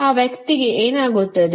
ಆ ವ್ಯಕ್ತಿಗೆ ಏನಾಗುತ್ತದೆ